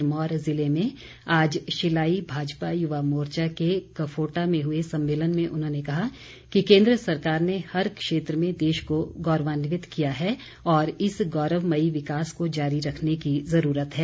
सिरमौर ज़िले में आज शिलाई भाजपा युवा मोर्चा के कफोटा में हुए सम्मेलन में उन्होंने कहा कि केन्द्र सरकार ने हर क्षेत्र में देश को गोरवान्वित किया है और इस गौरवमयी विकास को जारी रखने की ज़रूरत है